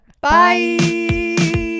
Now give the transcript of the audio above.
bye